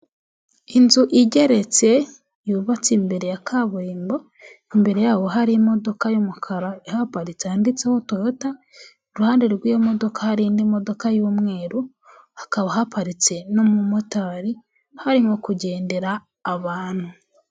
Inzu igeretse yubatse imbere ya kaburimbo, imbere yaho hari imodoka y'umukara ihaparitse yanditseho toyota, iruhande rw'iyo modoka hari indi modoka y'umweru, hakaba haparitse n'umumotari harimo kugendera abantu.